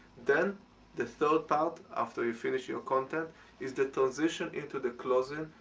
then the third part after you finish your content is the transition into the closing.